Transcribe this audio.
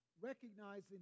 recognizing